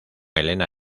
elena